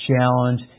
challenge